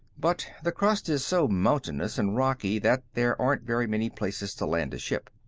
but the crust is so mountainous and rocky that there aren't very many places to land a ship.